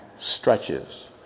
stretches